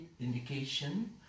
indication